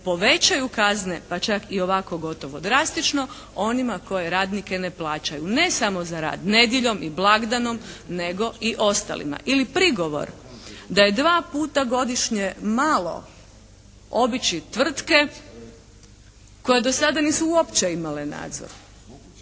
povećaju kazne pa čak i ovako gotovo drastično onim koji radnike ne plaćaju ne samo za rad nedjeljom i blagdanom nego i ostalima ili prigovor da je dva puta godišnje malo obići tvrtke koje do sada nisu uopće imale nadzor.